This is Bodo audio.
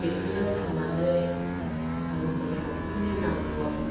बेखोनो फाननानै आङो गथ'फोरनि नांगौआव